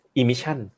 emission